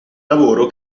lavoro